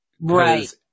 Right